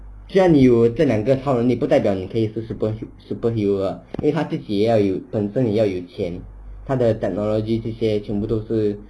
像你有了这两个法门你不代表你可以做 super superhero ah 他自己也要有本身也要有钱他的 technology 这些全部都是